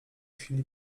chwili